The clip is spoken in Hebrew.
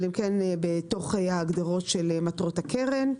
אבל הם כן בהגדרות מטרות הקרן.